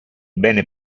bene